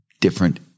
different